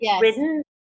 written